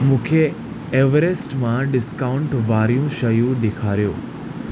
मूंखे एवरेस्ट मां डिस्काउंट वारियूं शयूं ॾेखारियो